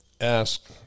ask